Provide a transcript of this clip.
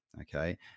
okay